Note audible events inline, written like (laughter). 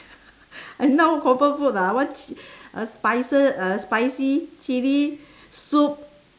(laughs) I now comfort food ah I want ch~ a spicer uh spicy chilli soup